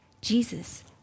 Jesus